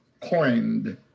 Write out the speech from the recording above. coined